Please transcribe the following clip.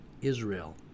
Israel